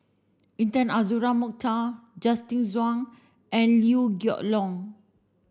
Intan Azura Mokhtar Justin Zhuang and Liew Geok Leong